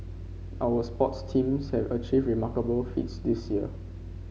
our sports teams have achieved remarkable feats this year